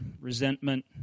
resentment